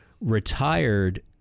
retired